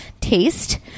taste